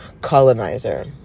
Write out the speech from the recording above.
colonizer